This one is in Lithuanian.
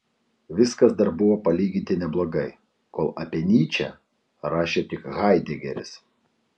viskas dar buvo palyginti neblogai kol apie nyčę rašė tik haidegeris